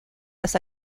las